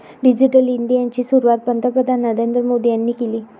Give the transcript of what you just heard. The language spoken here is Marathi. डिजिटल इंडियाची सुरुवात पंतप्रधान नरेंद्र मोदी यांनी केली